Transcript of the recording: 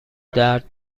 درد